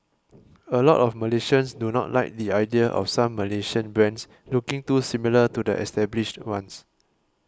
a lot of Malaysians do not like the idea of some Malaysian brands looking too similar to the established ones